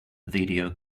video